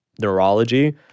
neurology